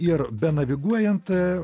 ir be naviguojant